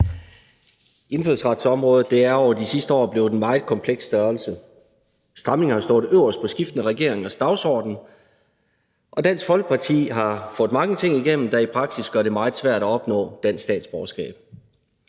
Indfødsretsområdet er jo i de seneste år blevet en meget kompleks størrelse. Stramninger har stået øverst på skiftende regeringers dagsorden, og Dansk Folkeparti har fået mange ting igennem, der i praksis gør det meget svært at opnå dansk statsborgerskab.